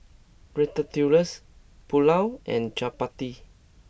Ratatouilles Pulao and Chapati